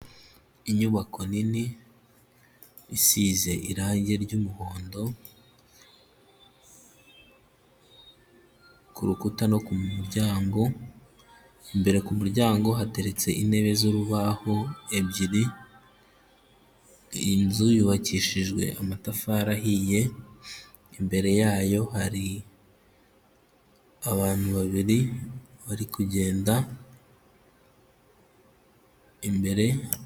Inyubako nini ishyizeze irangi ry'umuhondo kurukuta no ku muryango imbere kumuryango hateretse intebe z'urubaho ebyiri inzu yubakishijwe amatafari ahiye imbere yayo hari abantu babiri bari kugenda imbere.